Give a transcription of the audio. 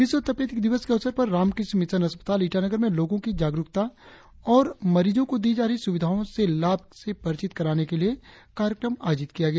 विश्व तपेदिक दिवस के अवसर पर रामकृष्ण मिशन अस्पताल ईटानगर में लोगो की जागरुकता और मरीजों को दी जा रही सुविधाओं के लाभ से परिचित कराने के लिए कार्यक्रम का आयोजन किया गया